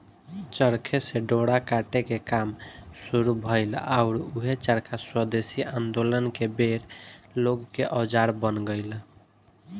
चरखे से डोरा काटे के काम शुरू भईल आउर ऊहे चरखा स्वेदेशी आन्दोलन के बेर लोग के औजार बन गईल